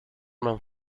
man